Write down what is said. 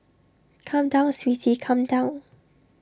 come down sweetie come down